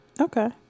Okay